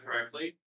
correctly